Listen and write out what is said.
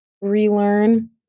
relearn